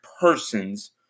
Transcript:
persons